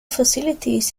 facilities